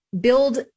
build